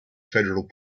federal